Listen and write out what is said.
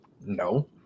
No